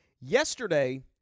yesterday